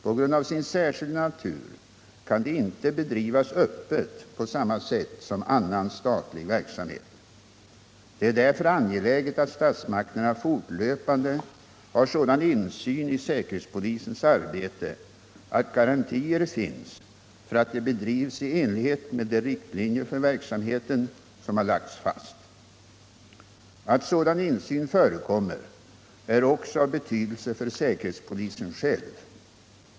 På grund av sin särskilda natur kan det inte bedrivas öppet på samma sätt som annan statlig verksamhet. Det är därför angeläget att statsmakterna fortlöpande har sådan insyn i säkerhetspolisens arbete att garantier finns för att det bedrivs i enlighet med de riktlinjer för verksamheten som har lagts fast. Att sådan insyn förekommer är också av betydelse för säkerhetspolisen själv.